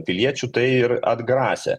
piliečių tai ir atgrasė